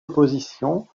opposition